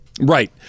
Right